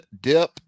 dip